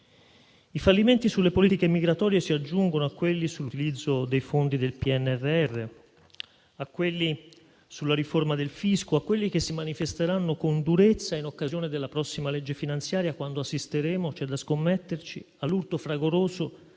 I fallimenti sulle politiche migratorie si aggiungono a quelli sull'utilizzo dei fondi del PNRR, a quelli sulla riforma del fisco, a quelli che si manifesteranno con durezza in occasione della prossima legge finanziaria, quando assisteremo - c'è da scommetterci - all'urto fragoroso